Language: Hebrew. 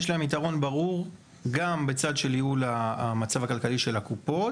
יש להם יתרון ברור גם בצד של ייעול המצב הכלכלי של הקופות,